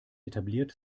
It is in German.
etabliert